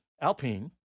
alpine